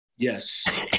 Yes